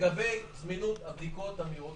לגבי זמינות הבדיקות המהירות,